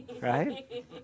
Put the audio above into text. Right